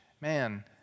man